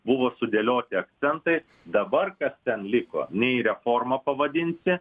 buvo sudėlioti akcentai dabar kas ten liko nei reforma pavadinsi